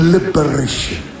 Liberation